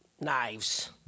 knives